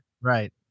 Right